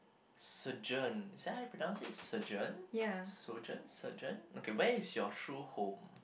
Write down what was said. surgeon is that how you pronouce it surgeon sojourn surgeon okay where is your true home